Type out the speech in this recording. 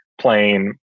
playing